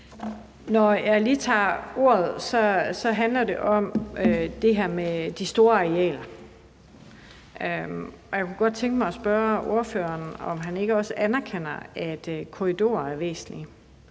Når jeg lige tager ordet, er det for at sige noget om det her med de store arealer. Jeg kunne godt tænke mig at spørge ordføreren, om han ikke også anerkender, at korridorer er væsentlige,